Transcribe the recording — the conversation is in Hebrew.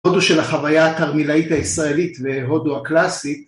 הודו של החוויה התרמילאית הישראלית והודו הקלאסית